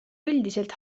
üldiselt